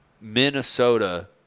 Minnesota